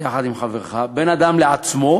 יחד עם חברך, בין אדם לעצמו,